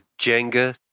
Jenga